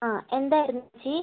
ആ എന്തായിരുന്നു ചേച്ചി